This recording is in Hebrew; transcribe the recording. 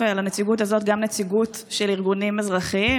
לנציגות הזאת גם נציגות של ארגונים אזרחיים,